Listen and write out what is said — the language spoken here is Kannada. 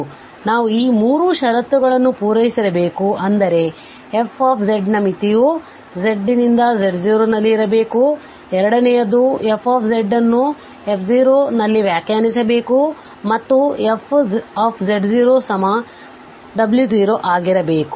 ಆದ್ದರಿಂದ ನಾವು ಈ 3 ಷರತ್ತುಗಳನ್ನು ಪೂರೈಸಿರಬೇಕು ಅಂದರೆ f ನ ಮಿತಿಯು z→z0 ನಲ್ಲಿ ಇರಬೇಕು ಎರಡನೆಯದು f ಅನ್ನು f ನಲ್ಲಿ ವ್ಯಾಖ್ಯಾಸಬೇಕು ಮತ್ತು fz0w0 ಆಗಿರಬೇಕು